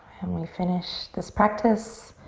and we finished this practice